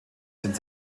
sind